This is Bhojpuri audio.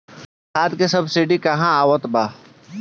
खाद के सबसिडी क हा आवत बा?